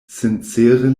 sincere